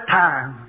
time